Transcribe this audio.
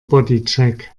bodycheck